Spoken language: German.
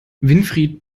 winfried